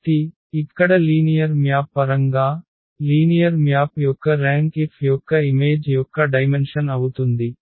కాబట్టి ఇక్కడ linear map పరంగా లీనియర్ మ్యాప్ యొక్క ర్యాంక్ F యొక్క ఇమేజ్ యొక్క డైమెన్షన్ అవుతుంది